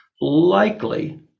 likely